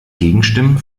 gegenstimmen